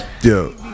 Yo